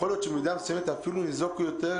יכול להיות שבמידה מסוימת הם אפילו ניזוקו יותר,